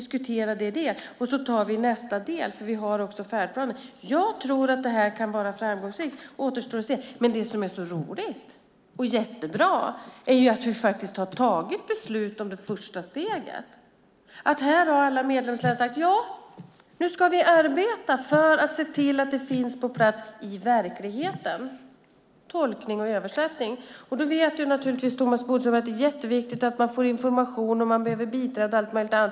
Sedan tar vi nästa del enligt färdplanen. Jag tror att det här kan vara framgångsrikt. Det återstår att se. Vad som är roligt och jättebra är att vi har fattat beslut om det första steget. Här har alla medlemsländer sagt att vi nu ska arbeta för att se till att tolkning och översättning finns på plats i verkligheten. Thomas Bodström vet naturligtvis att det är jätteviktigt att få information, biträde och allt möjligt annat.